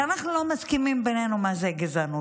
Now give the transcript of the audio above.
אנחנו לא מסכימים בינינו מה זה גזענות.